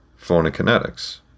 Phonokinetics